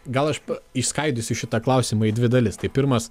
gal aš išskaidysiu šitą klausimą į dvi dalis tai pirmas